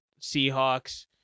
Seahawks